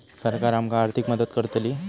सरकार आमका आर्थिक मदत करतली?